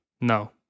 No